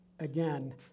again